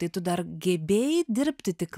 tai tu dar gebėjai dirbti tik